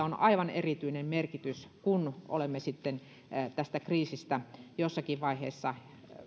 on aivan erityinen merkitys kun olemme tästä kriisistä sitten jossakin vaiheessa